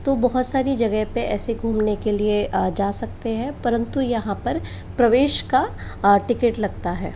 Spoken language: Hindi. तो बहुत सारी जगह पर ऐसे घूमने के लिए जा सकते हैं परंतु यहाँ पर प्रवेश का टिकिट लगता है